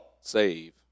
save